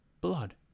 blood